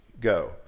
go